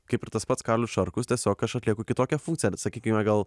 kaip ir tas pats karolis šarkus tiesiog aš atlieku kitokią funkciją sakykime gal